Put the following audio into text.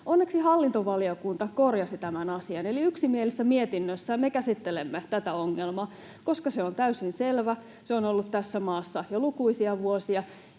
Onneksi hallintovaliokunta korjasi tämän asian, eli yksimielisessä mietinnössä me käsittelemme tätä ongelmaa, koska se on täysin selvä, että se on ollut tässä maassa jo lukuisia vuosia,